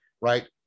right